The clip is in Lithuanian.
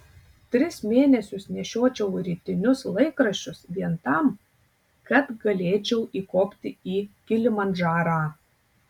tris mėnesius nešiočiau rytinius laikraščius vien tam kad galėčiau įkopti į kilimandžarą